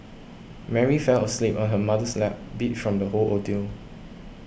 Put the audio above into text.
Mary fell asleep on her mother's lap beat from the whole ordeal